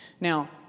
Now